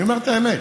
אני אומר את האמת.